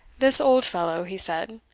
this old fellow, he said,